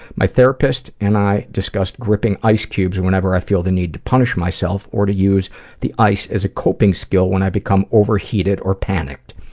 my therapist and i discussed gripping ice cubes whenever i feel the need to punish myself or to use the ice as a coping skill when i become overheated or panicked.